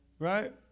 Right